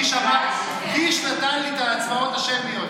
אין שמית.